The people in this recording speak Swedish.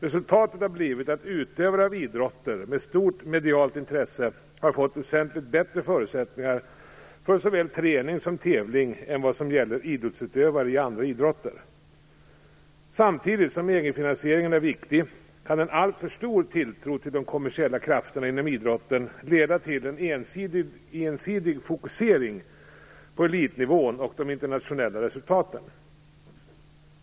Resultatet har blivit att utövare av idrotter med stort medialt intresse har fått väsentligt bättre förutsättningar för såväl träning som tävling än vad som gäller för utövare av andra idrotter. Samtidigt som egenfinansieringen är viktig, kan en alltför stor tilltro till de kommersiella krafterna inom idrotten leda till en ensidig fokusering på elitnivån och de internationella resultaten.